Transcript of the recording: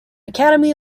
academy